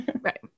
Right